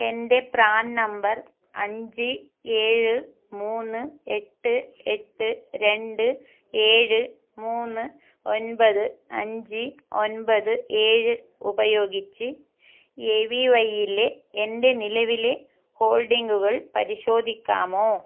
എൻ്റെ PRAN number അഞ്ച് ഏഴ് മൂന്ന് എട്ട് എട്ട് രണ്ട് ഏഴ് മൂന്ന് ഒൻപത് അഞ്ച് ഒൻപത് ഏഴ് ഉപയോഗിച്ച് എ വി വൈയിലെ എൻ്റെ നിലവിലെ ഹോൾഡിങ്ങുകൾ പരിശോധിക്കാമോ